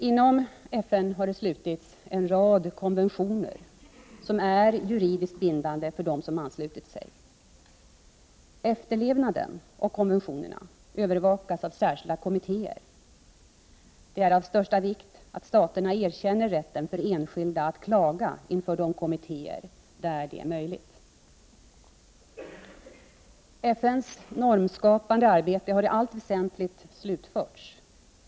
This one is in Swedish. Inom FN har det antagits en rad konventioner, som är juridiskt bindande för dem som anslutit sig. Efterlevnaden av konventionerna övervakas av särskilda kommittéer. Av största vikt är att staterna erkänner rätten för enskilda att klaga inför de kommittéer, där det är möjligt. FN:s normskapande arbete har i allt väsentligt slutförts.